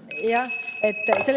orkester.